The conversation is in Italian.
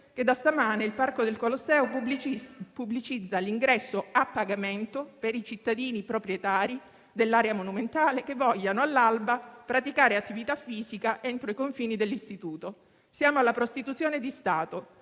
che da stamane il Parco del Colosseo pubblicizza l'ingresso a pagamento per i cittadini proprietari dell'area monumentale che vogliano all'alba praticare attività fisica entro i confini dell'istituto. Siamo alla prostituzione di Stato.